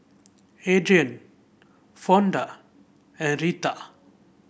Adrian Fonda and Retha